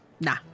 Nah